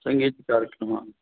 सङ्गीतकार्यक्रमः